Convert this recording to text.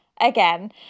again